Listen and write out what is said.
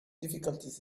difficulties